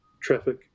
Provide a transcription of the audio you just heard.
traffic